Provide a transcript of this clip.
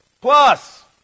plus